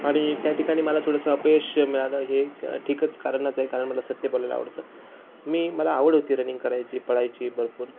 आणि त्या ठिकाणी मला थोडंसं अपयश मिळालं हे एक ठीकच कारणाचं आहे कारण मला सत्य बोलायला आवडतं मी मला आवड होती रनिंग करायची पडायची भरपूर